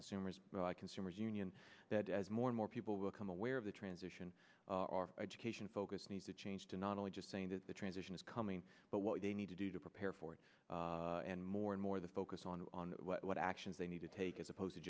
consumers consumers union that as more and more people become aware of the transition or focus needs to change to not only just saying to the transition is coming but what they need to do to prepare for it and more and more the focus on what actions they need to take as opposed to